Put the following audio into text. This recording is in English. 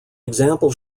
example